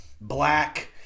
black